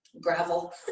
gravel